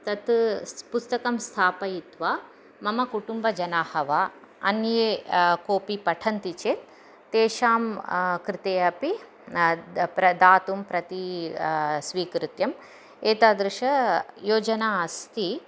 तत् स् पुस्तकं स्थापयित्वा मम कुटुम्बजनाः वा अन्ये कोऽपि पठन्ति चेत् तेषां कृते अपि प्रदातुं प्रति स्वीकृत्यम् एतादृशा योजना अस्ति